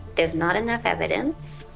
there's not enough evidence.